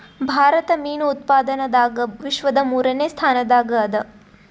ಭಾರತ ಮೀನು ಉತ್ಪಾದನದಾಗ ವಿಶ್ವದ ಮೂರನೇ ಸ್ಥಾನದಾಗ ಅದ